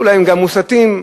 אולי הם גם מוסתים להפגין.